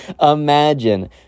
imagine